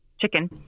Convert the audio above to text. Chicken